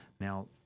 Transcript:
Now